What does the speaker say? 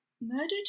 murdered